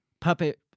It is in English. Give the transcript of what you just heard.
puppet